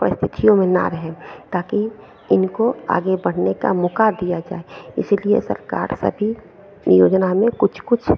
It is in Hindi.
परिस्थितियों में ना रहे ताकि इनको आगे बढ़ने का मौक़ा दिया जाए इसीलिए सरकार सभी योजना में कुछ कुछ